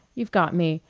you've got me.